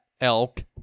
elk